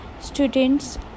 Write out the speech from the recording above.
Students